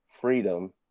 freedom